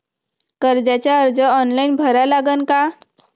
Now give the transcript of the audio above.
कर्जाचा अर्ज ऑनलाईन भरा लागन का?